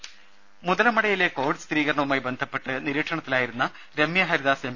രുഭ മുതലമടയിലെ കോവിഡ് സ്ഥിരീകരണവുമായി ബന്ധപ്പെട്ട് നിരീക്ഷണത്തിലായിരുന്ന രമ്യ ഹരിദാസ് എം